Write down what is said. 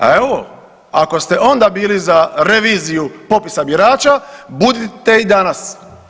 A evo, ako ste onda bili za reviziju popisa birača, bude i danas.